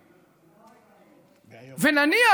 ונניח,